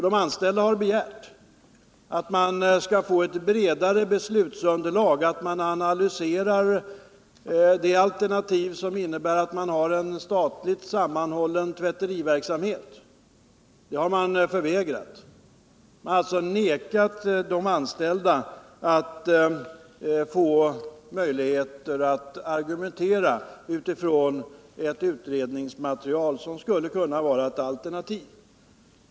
De anställda har begärt att få ett bredare beslutsunderlag, att man skall analysera det alternativ som innebär en sammanhållen statlig tvätteriverksamhet. Detta har de anställda förvägrats — man har nekat att ge de anställda möjlighet att argumentera utifrån ett utredningsmaterial som skulle kunna vara ett alternativ.